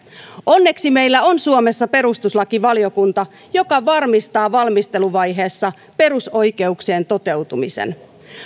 onneksi meillä on suomessa perustuslakivaliokunta joka varmistaa valmisteluvaiheessa perusoikeuksien toteutumisen